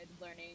learning